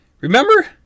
Remember